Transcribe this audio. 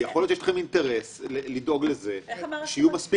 יכול להיות שיש לכם אינטרס לדאוג לזה שיהיו מספיק